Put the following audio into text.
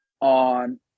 on